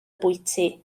bwyty